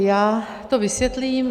Já to vysvětlím.